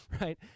right